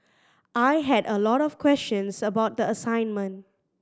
I had a lot of questions about the assignment